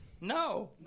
No